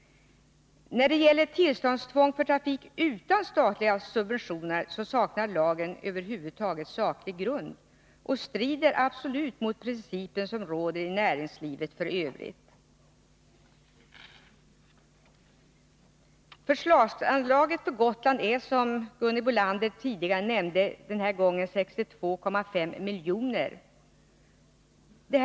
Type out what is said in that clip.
När det gäller tillståndstvång för trafik utan statliga subventioner saknar lagen över huvud taget saklig grund och strider absolut mot den princip som råder i näringslivet f. ö. Förslagsanslaget för Gotland är, som Gunhild Bolander tidigare nämnde, 62,5 milj.kr.